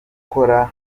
gukorana